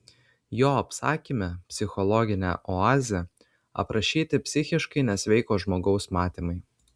jo apsakyme psichologinė oazė aprašyti psichiškai nesveiko žmogaus matymai